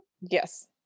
yes